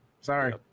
sorry